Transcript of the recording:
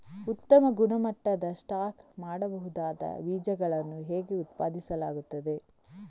ಉತ್ತಮ ಗುಣಮಟ್ಟದ ಸ್ಟಾಕ್ ಮಾಡಬಹುದಾದ ಬೀಜಗಳನ್ನು ಹೇಗೆ ಉತ್ಪಾದಿಸಲಾಗುತ್ತದೆ